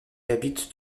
habite